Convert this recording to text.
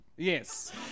Yes